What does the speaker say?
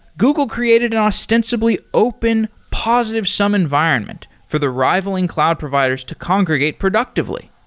google created an ostensibly open, positive sum environment for the rivaling cloud providers to congregate productively.